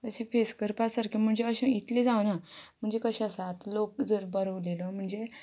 अशें फेस करपा सारके म्हणजे अशें इतलें जावना म्हणजे कशें आसात लोक जर बरो उलयलो म्हणजे